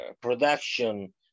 production